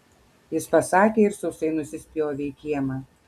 jis pasakė ir sausai nusispjovė į kiemą